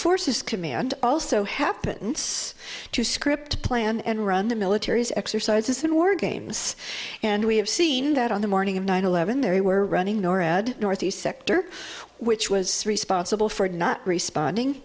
forces command also happens to script plan and run the military exercises and war games and we have seen that on the morning in nine eleven they were running norad northeast sector which was responsible for not responding